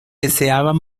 deseaban